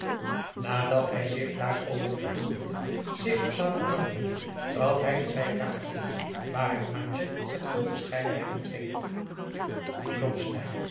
nadat hij zich daarover verheugende zich had laten aandienen trad hij de zijkamer binnen waar hem antje met veel bescheidenheid ontving